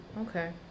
Okay